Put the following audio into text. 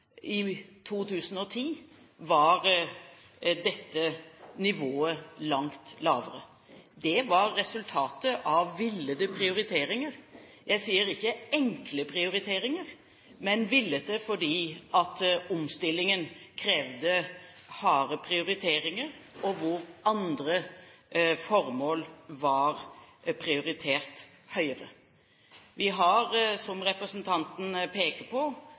I 2010 var dette nivået langt lavere. Det var resultatet av villede prioriteringer. Jeg sier ikke enkle prioriteringer, men villede fordi omstillingen krevde harde prioriteringer og andre formål var prioritert høyere. Vi har, som representanten peker på,